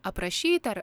aprašyti ar